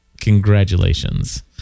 congratulations